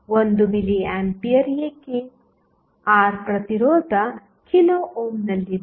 1 milliampere ಏಕೆ R ಪ್ರತಿರೋಧ kilo ಓಮ್ನಲ್ಲಿದೆ